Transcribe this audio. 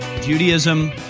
Judaism